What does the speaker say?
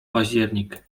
październik